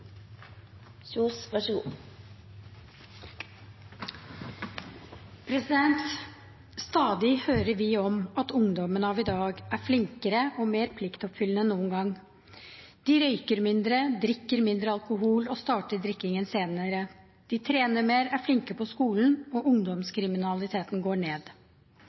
flinkere og mer pliktoppfyllende enn noen gang. De røyker mindre, drikker mindre alkohol og starter drikkingen senere. De trener mer, er flinke på skolen, og ungdomskriminaliteten går ned.